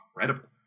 incredible